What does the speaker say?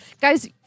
Guys